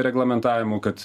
reglamentavimu kad